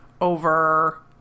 over